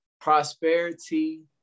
prosperity